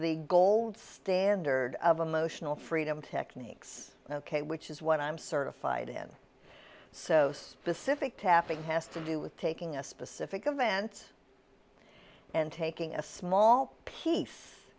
the gold standard of emotional freedom techniques ok which is what i'm certified in so specific tapping has to do with taking a specific event and taking a small piece